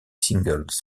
singles